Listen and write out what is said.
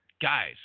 Guys